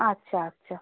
আচ্ছা আচ্ছা